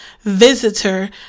visitor